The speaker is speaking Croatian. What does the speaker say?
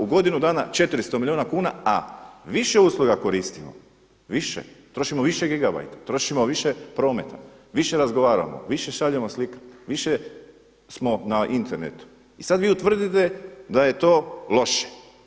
U godinu dana 400 milijuna kuna, a više usluga koristimo, više, trošimo više gigabajta, trošimo više prometa, više razgovaramo, više šaljemo slika, više smo na internetu i sada vi tvrdite da je to loše.